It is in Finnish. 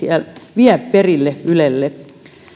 vie perille ylelle